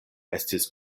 estis